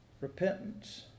Repentance